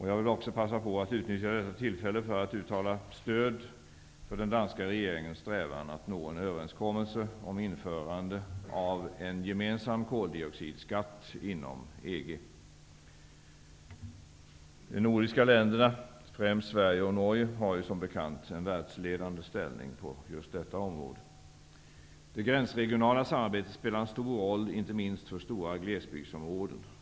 Jag vill också passa på att utnyttja detta tillfälle för att uttala stöd för den danska regeringens strävan att nå en överenskommelse om införande av en gemensam koldioxidskatt inom EG. De nordiska länderna, främst Sverige och Norge, har ju som bekant en världsledande ställning på just detta område. Det gränsregionala samarbetet spelar en stor roll inte minst för stora glesbygdsområden.